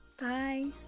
Bye